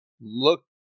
look